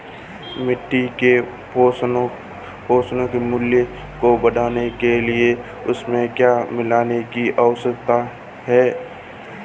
मिट्टी के पोषक मूल्य को बढ़ाने के लिए उसमें क्या मिलाने की आवश्यकता है?